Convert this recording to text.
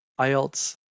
IELTS